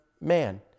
man